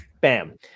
Bam